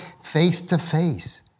face-to-face